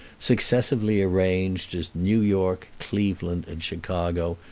successively arranged as new york, cleveland, and chicago,